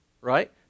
right